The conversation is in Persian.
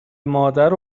مادر